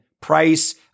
price